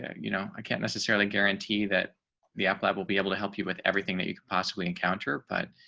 you know, i can't necessarily guarantee that the apple app will be able to help you with everything that you could possibly encounter, but